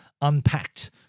unpacked